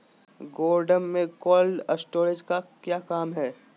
गोडम में cold storage का क्या काम है?